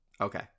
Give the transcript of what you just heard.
Okay